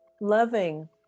loving